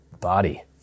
Body